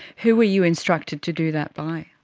who were you instructed to do that by?